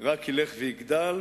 רק ילך ויגדל,